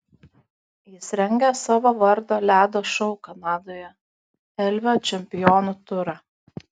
jis rengia savo vardo ledo šou kanadoje elvio čempionų turą